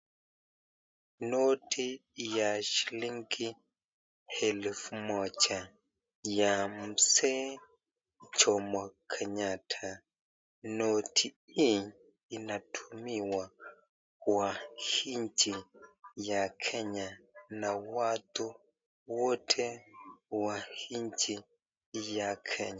Noti ya shilingi elfu moja ya mzee jomo kenyatta. Noti hii inatumiwa kwa nchi ya kenya na watu wote wa nchi ya kenya.